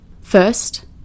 First